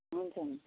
हुन्छ हुन्छ